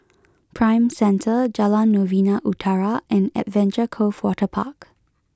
Prime Centre Jalan Novena Utara and Adventure Cove Waterpark